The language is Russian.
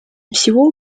всего